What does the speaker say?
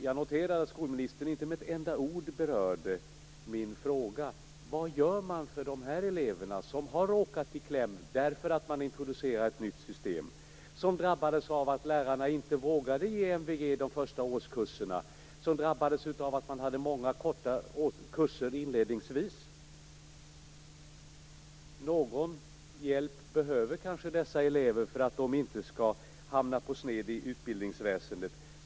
Jag noterade att skolministern inte med ett enda ord berörde min fråga: Vad gör man för de här eleverna, som har råkat i kläm därför att man har introducerat ett nytt system, som drabbades av att lärarna inte vågade ge MVG under de första årskurserna, som drabbades av att man hade många korta kurser inledningsvis? Någon hjälp behöver kanske dessa elever för att de inte skall hamna på sned i utbildningsväsendet.